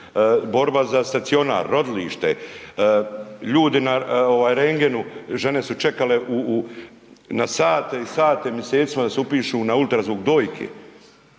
borba za stacionar, rodilište, ljudi na ovaj rendgenu žene su čekale na sate i sate misecima da se upišu na ultrazvuk dojke.